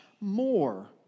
more